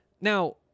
Now